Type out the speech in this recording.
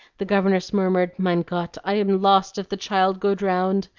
the governess murmured, mein gott, i am lost if the child go drowned!